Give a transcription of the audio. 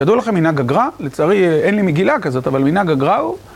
ידעו לכם מנהג הגר"א? לצערי אין לי מגילה כזאת, אבל מנה הגר"א הוא...